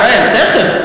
אראל, תכף.